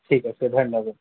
ঠিক আছে ধন্যবাদ